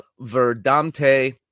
verdamte